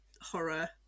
horror